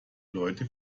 leute